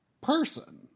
person